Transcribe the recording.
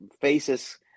faces